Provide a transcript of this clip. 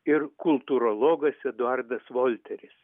ir kultūrologas eduardas volteris